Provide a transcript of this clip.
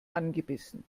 angebissen